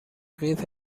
قیف